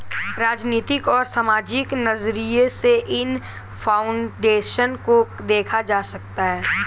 राजनीतिक और सामाजिक नज़रिये से इन फाउन्डेशन को देखा जा सकता है